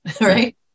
right